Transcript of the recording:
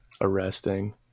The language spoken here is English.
arresting